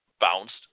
bounced